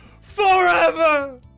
FOREVER